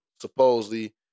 supposedly